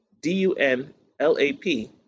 D-U-N-L-A-P